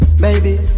Baby